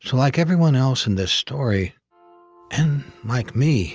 so like everyone else in this story and like me